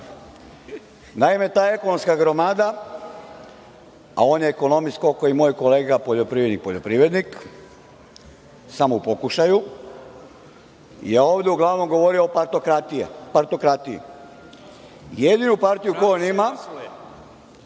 druge. Naime, ta ekonomska gromada, a on je ekonomista koliko i moj kolega poljoprivrednik – poljoprivrednik, samo u pokušaju, je ovde uglavnom govorio o partokratiji. Jedina partija koju on ima,